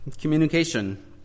communication